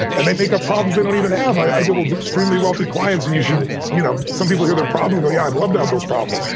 and they make up problems they don't even have. i deal with extremely wealthy clients, and you should you know some people hear their problem and go, yeah, i'd love to have those problems.